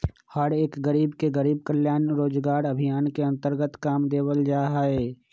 हर एक गरीब के गरीब कल्याण रोजगार अभियान के अन्तर्गत काम देवल जा हई